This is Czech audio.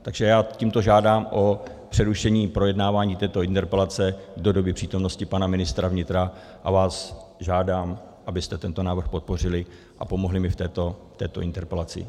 Takže já tímto žádám o přerušení projednávání této interpelace do doby přítomnosti pana ministra vnitra a vás žádám, abyste tento návrh podpořili a pomohli mi v této interpelaci.